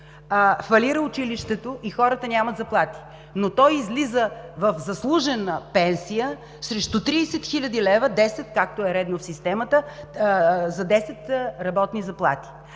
фалира училището и хората нямат заплати. Той излиза в заслужена пенсия срещу 30 хил. лв., както е редно в системата, за 10 работни заплати.